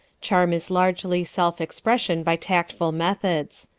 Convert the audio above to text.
charm is largely self-expression by tactful methods.